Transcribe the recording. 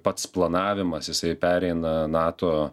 pats planavimas jisai pereina nato